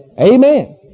Amen